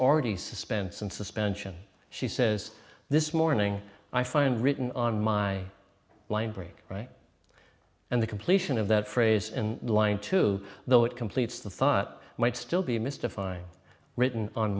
already suspense and suspension she says this morning i find written on my line break right and the completion of that phrase in line two though it completes the thought might still be mystifying written on